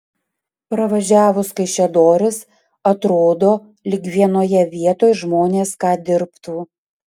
pravažiavus kaišiadoris atrodo lyg vienoje vietoj žmonės ką dirbtų